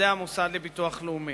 עובדי המוסד לביטוח לאומי.